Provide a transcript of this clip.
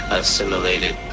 assimilated